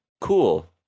cool